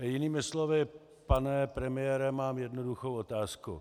Jinými slovy, pane premiére, mám jednoduchou otázku.